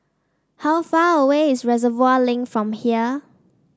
how far away is Reservoir Link from here